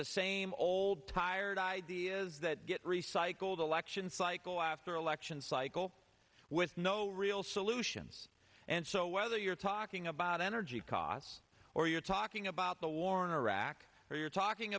the same old tired ideas that get recycled election cycle after election cycle with no real solutions and so whether you're talking about energy costs or you're talking about the war in iraq or you're talking